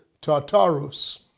Tartarus